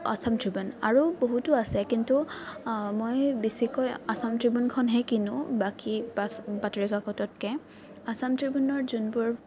Assam Tribune আৰু বহুতো আছে কিন্তু মই বেছিকৈ আচাম ট্ৰিবিউনখনহে কিনোঁ বাকী বাতৰি কাকততকৈ আচাম ট্ৰিবিউনৰ যোনবোৰ